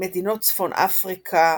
מדינות צפון אפריקה,